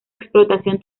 explotación